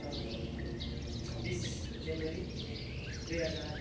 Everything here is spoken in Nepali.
अन्त तपाईँको छब्बिस जनवरी दुई हजार